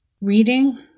Reading